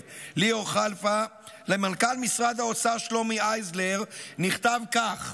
ליאור כלפא למנכ"ל משרד האוצר שלומי הייזלר נכתב כך: